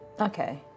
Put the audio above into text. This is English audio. Okay